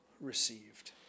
received